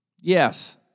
Yes